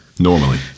Normally